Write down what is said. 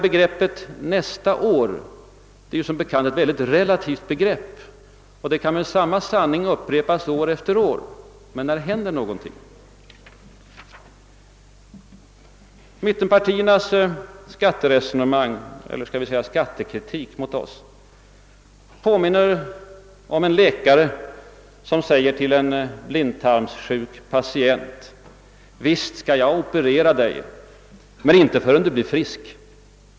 Begreppet »nästa år» är som bekant mycket relativt och kan med samma sanning upprepas år efter år. Mittenpartiernas skattekritik mot oss påminner om en läkare som säger till en blindtarmssjuk patient: Visst skall jag operera dig, men inte förrän du blir frisk.